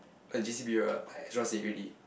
like J_C period ah I just now said already